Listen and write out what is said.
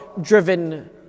driven